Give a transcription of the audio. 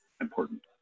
important